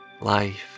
life